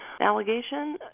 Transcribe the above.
allegation